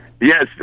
Yes